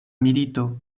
milito